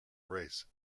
race